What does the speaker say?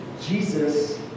Jesus